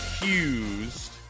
accused